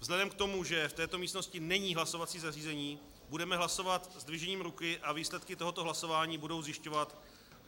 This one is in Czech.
Vzhledem k tomu, že v této místnosti není hlasovací zařízení, budeme hlasovat zdvižením ruky a výsledky tohoto hlasování budou zjišťovat